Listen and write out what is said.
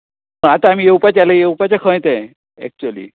आतां आमी येवपाचे जाल्यार येवपाचे खंय तें एकच्युली